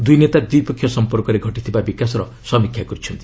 ଦୁଇ ନେତା ଦ୍ୱିପକ୍ଷିୟ ସମ୍ପର୍କରେ ଘଟିଥିବା ବିକାଶର ସମୀକ୍ଷା କରିଛନ୍ତି